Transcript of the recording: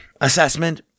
assessment